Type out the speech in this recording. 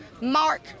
Mark